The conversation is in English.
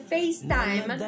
FaceTime